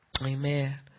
Amen